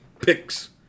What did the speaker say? picks